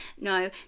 No